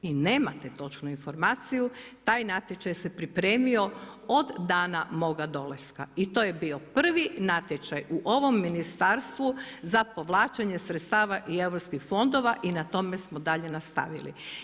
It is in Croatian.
I nemate točnu informaciju, taj natječaj se pripremio od dana moga dolaska i to je bio prvi natječaj u ovom ministarstvu za povlačenje sredstava i europskih fondova i na tome smo dalje nastavili.